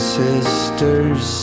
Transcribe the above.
sisters